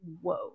Whoa